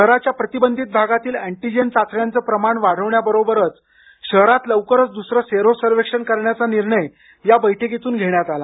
शहराच्या प्रतिबंधित भागातील अँटीजेन चाचण्यांच प्रमाण वाढवण्याबरोबरच शहरात लवकरच दुसर सेरो सर्वेक्षण करण्याचा निर्णय या बैठकीतून घेण्यात आला